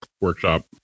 workshop